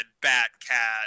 Bat-Cat